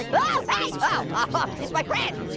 oh, hey! oh, ah it's my friend.